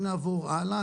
אם נעבור הלאה,